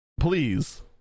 Please